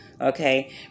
okay